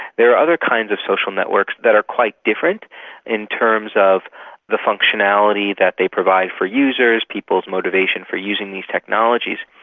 there are other kinds of social networks that are quite different in terms of the functionality that they provide for users, people's motivation for using these technologies.